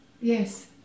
yes